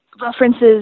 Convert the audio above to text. references